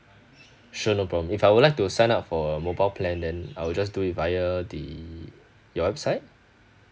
sure no problem if I would like to sign up for a mobile plan then I'll just do it via the your website